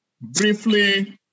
briefly